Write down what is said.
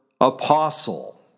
apostle